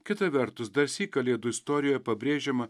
kita vertus darsyk kalėdų istorijoj pabrėžiama